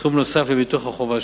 סכום נוסף לביטוח החובה שלהם.